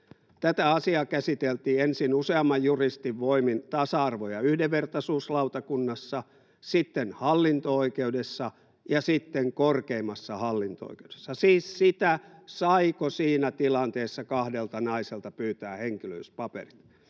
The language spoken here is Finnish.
Tätä asiaa käsiteltiin ensin useamman juristin voimin tasa-arvo- ja yhdenvertaisuuslautakunnassa, sitten hallinto-oikeudessa ja sitten korkeimmassa hallinto-oikeudessa — siis sitä, saiko siinä tilanteessa kahdelta naiselta pyytää henkilöllisyyspaperit.